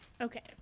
Okay